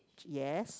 yes